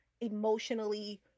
emotionally